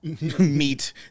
meat